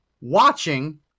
watching